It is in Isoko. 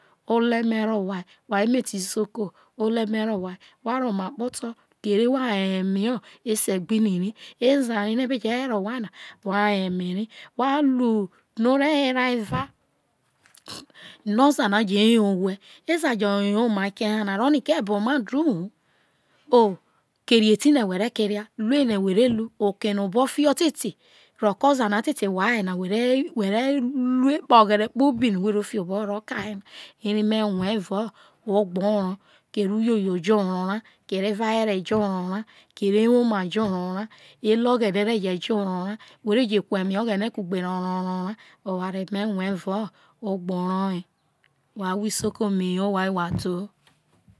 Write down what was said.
Ole me ro owha wha emete isoko ole me ro owha wha ro oma kpoto kere wayo eme ese gbe ini rai eza no ebe je reho o wai yo eme ria wha ru oware no ore were eva no eza jo you ma kehe na ore ne ko ebomadu hu kera etene who ve kera ru ene who ve ru okeno obofiho ro ke oza na otete who aye na ke he a te ta ahwo kpobi no o sai fa oto uzuo no omo na wha na oye a re reho efe akpo na kpobi ke fe me oro uzuo no me wha na me re ta he alese ohwo no o sai fa oto rie ke ome na fioboho rai kere uyo yo o jo orro ra kere evawere jo orro ra kere ewoma o jo orro ra elo oghene re jo orro ra who ve je ku eme oghene kugbe ro ro orro rai oware no me rei evao egbe orro oye wha ahwo isoko me yere owha wha doooo.